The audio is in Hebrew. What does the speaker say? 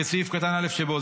ו-(9א) שבסעיף קטן (א) שבו,